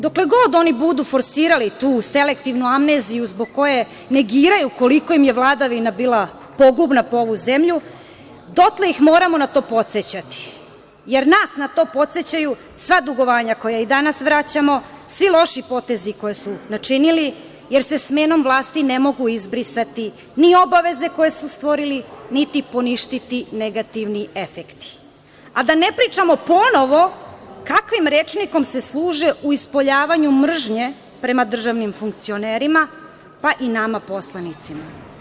Dokle god oni budu forsirali tu selektivnu amneziju zbog koje negiraju koliko im je vladavina bila pogubna po ovu zemlju, dotle ih moramo na to podsećati, jer nas na to podsećaju sva dugovanja koja i danas vraćamo, svi loši potezi koje su načinili, jer se smenom vlasti ne mogu izbrisati ni obaveze koje su stvorili, niti poništiti negativni efekti, a da ne pričamo ponovo kakvim rečnikom se služe u ispoljavanju mržnje prema državnim funkcionerima, pa i nama poslanicima.